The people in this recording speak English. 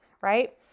right